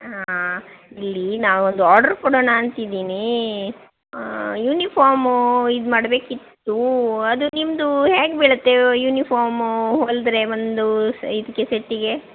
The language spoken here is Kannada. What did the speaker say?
ಹಾಂ ಇಲ್ಲಿ ನಾವೊಂದು ಆರ್ಡ್ರ್ ಕೊಡೋಣ ಅಂತಿದ್ದೀನಿ ಯುನಿಫಾಮೂ ಇದು ಮಾಡಬೇಕಿತ್ತು ಅದು ನಿಮ್ಮದು ಹೇಗೆ ಬೀಳುತ್ತೆ ಯುನಿಫಾಮೂ ಹೊಲೆದ್ರೆ ಒಂದು ಇದಕ್ಕೆ ಸೆಟ್ಟಿಗೆ